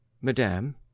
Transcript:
Madame